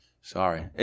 Sorry